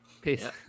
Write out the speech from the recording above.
Peace